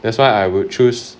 that's why I would choose